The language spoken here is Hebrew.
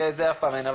כי את זה אף פעם אין,